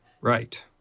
right